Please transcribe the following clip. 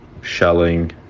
shelling